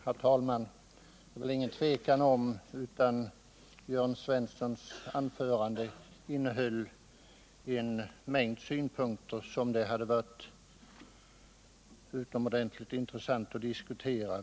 Herr talman! Det råder väl inget tvivel om att Jörn Svenssons anförande innehöll en mängd synpunkter som det skulle varit utomordentligt intressant att diskutera.